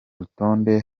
rutonde